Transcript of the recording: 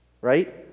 Right